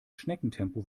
schneckentempo